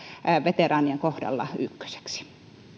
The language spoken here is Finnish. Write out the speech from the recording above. veteraanien kohdalla prioriteettilistalla ykköseksi